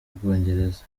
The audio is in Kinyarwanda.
bwongereza